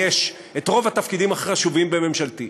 אאייש את רוב התפקידים הכי חשובים בממשלתי,